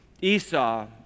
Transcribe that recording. Esau